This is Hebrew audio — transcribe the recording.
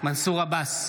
מנסור עבאס,